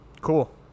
Cool